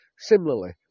similarly